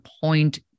point